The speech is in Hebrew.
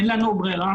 אין לנו ברירה.